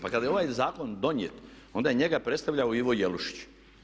Pa kada je ovaj zakon donijet onda je njega predstavljao Ivo Jelušić.